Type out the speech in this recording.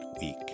week